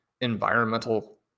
environmental